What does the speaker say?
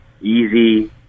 easy